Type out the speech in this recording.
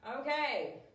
Okay